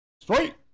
Straight